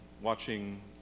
watching